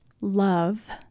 love